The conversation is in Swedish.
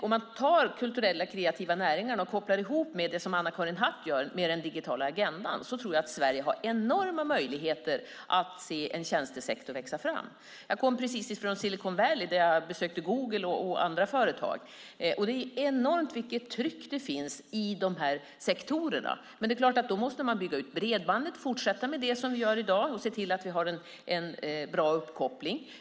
Om man tar de kulturella och kreativa näringarna och kopplar ihop det med det som Anna-Karin Hatt gör med den digitala agendan har Sverige enorma möjligheter att se en tjänstesektor växa fram. Jag kommer precis från Silicon Valley där jag besökte Google och andra företag. Det finns ett enormt tryck i de sektorerna. Men då måste man bygga ut bredband, fortsätta med det som vi gör i dag och se till att vi har en bra uppkoppling.